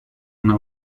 una